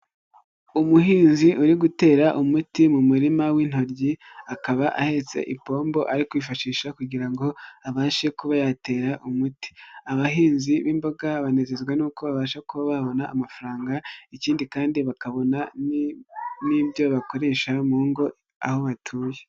Umuhinzi uri gutera umuti mu murima w'intoryi akaba ahetse ipombo ari kwifashisha kugira ngo abashe kuba yatera umuti, abahinzi b'imboga banezezwa nuko babasha kuba babona amafaranga ikindi kandi bakabona n'ibyo bakoresha mu ngo aho batuye.